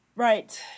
Right